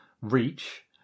reach